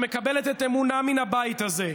שמקבלת את אמונה מן הבית הזה,